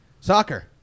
Soccer